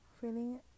feeling